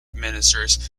ministers